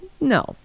No